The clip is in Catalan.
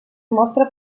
mostra